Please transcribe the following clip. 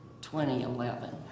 2011